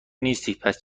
نیستی٬پس